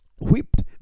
whipped